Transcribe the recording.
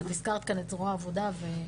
את הזכרת כאן את זרוע העבודה ואתכם,